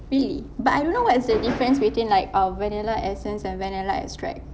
really but I don't know what is the difference between like um vanilla essence and vanilla extract